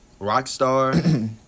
Rockstar